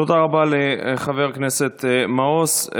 תודה רבה לחבר הכנסת מעוז.